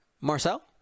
Marcel